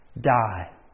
die